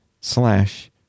slash